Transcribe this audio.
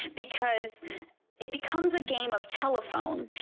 because it becomes a game of telephone.